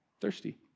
Thirsty